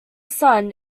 sun